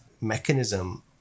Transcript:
mechanism